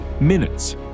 minutes